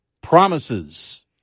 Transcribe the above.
promises